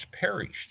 perished